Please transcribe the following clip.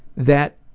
that